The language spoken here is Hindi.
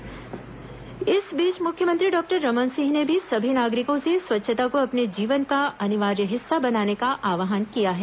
मुख्यमंत्री स्वच्छता आव्हान इस बीच मुख्यमंत्री डॉक्टर रमन सिंह ने भी सभी नागरिकों से स्वच्छता को अपने जीवन का अनिवार्य हिस्सा बनाने का आव्हान किया है